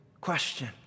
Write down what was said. question